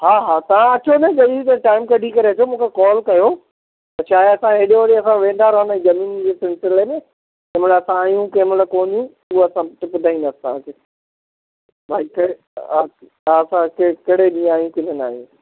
हा हा तव्हां अचो न जॾहिं बि टाइम कढी करे अचो मूंखे कॉल कयो छाहे असां हेॾे होॾे वेंदा रहंदा आहियूं ज़मीन जे सिलसिले में कंहिं महिल असां आहियूं कंहिंमहिल कोन उहा सभु ॿुधाईंदा तव्हां खे भाई कहिड़े त असां हिते कहिड़े ॾींहुं आहियूं कहिड़े ॾींहुं न आहियूं